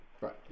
Right